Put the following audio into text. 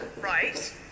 right